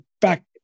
back